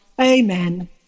Amen